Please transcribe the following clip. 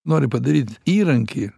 nori padaryt įrankį